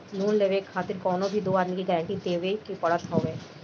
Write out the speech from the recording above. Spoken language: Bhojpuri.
लोन लेवे खातिर कवनो भी दू आदमी के गारंटी देवे के पड़त हवे